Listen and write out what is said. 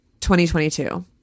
2022